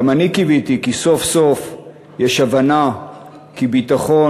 גם אני קיוויתי כי סוף-סוף יש הבנה שביטחון